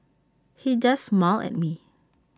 he just smiled at me